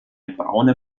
braune